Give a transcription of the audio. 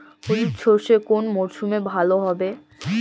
হলুদ সর্ষে কোন মরশুমে ভালো হবে?